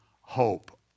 hope